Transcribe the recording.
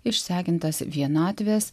išsekintas vienatvės